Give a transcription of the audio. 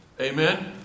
Amen